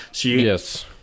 Yes